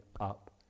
up